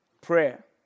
prayer